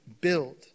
build